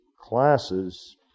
classes